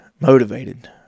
motivated